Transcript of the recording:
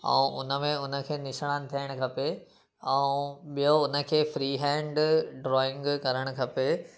ऐं उन में उन खे निशानु थियणु खपे ऐं ॿियो उन खे फ्री हैंड ड्रॉइंग करणु खपे